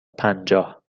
پنجاه